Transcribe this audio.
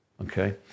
okay